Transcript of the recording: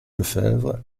lefebvre